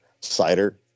Cider